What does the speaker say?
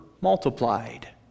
multiplied